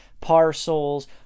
parcels